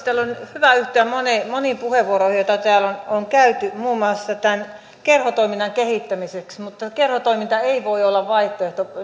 hyvä yhtyä moniin puheenvuoroihin joita täällä on käytetty muun muassa tämän kerhotoiminnan kehittämiseksi kerhotoiminta ei voi olla vaihtoehto